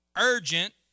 urgent